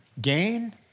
Gain